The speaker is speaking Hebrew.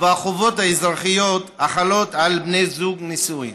והחובות האזרחיות החלות על בני זוג נשואים.